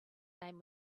name